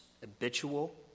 habitual